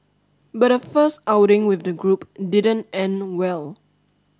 but her first outing with the group didn't end well